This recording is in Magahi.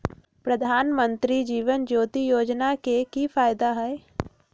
प्रधानमंत्री जीवन ज्योति योजना के की फायदा हई?